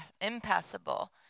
impassable